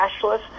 cashless